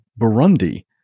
Burundi